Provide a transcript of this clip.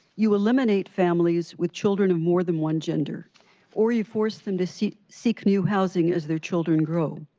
you eliminate families with children of more than one gender or you force them to seek seek new housing as their children grow.